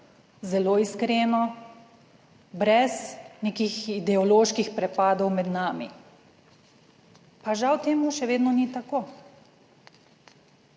zelo iskreno, brez nekih ideoloških prepadov med nami, pa žal temu še vedno ni tako.